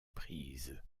prise